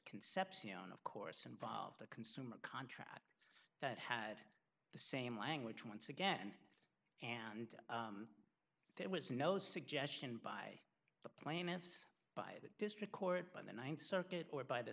concepcion of course involved a consumer contract that had the same language once again and there was no suggestion by the plaintiffs by the district court by the th circuit or by the